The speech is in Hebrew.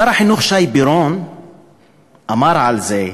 שר החינוך שי פירון אמר על זה: